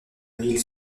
ville